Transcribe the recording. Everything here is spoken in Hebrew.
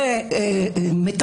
יש טעות